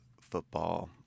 football